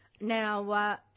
Now